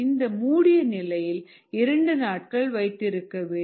இந்த மூடிய நிலையில் இரண்டு நாட்கள் வைத்திருக்க வேண்டும்